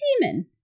demon